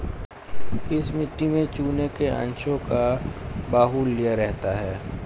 किस मिट्टी में चूने के अंशों का बाहुल्य रहता है?